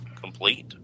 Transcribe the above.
complete